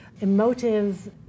emotive